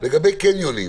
לגבי קניונים.